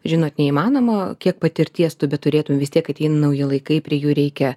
žinot neįmanoma kiek patirties tu beturėtum vis tiek ateina nauji laikai prie jų reikia